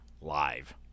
live